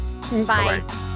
Bye